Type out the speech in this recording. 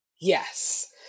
Yes